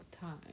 time